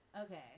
okay